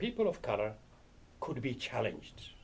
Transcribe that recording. people of color could be challenged